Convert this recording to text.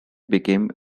became